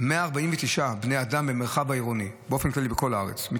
149 בני אדם במרחב העירוני בכל הארץ באופן כללי.